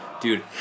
Dude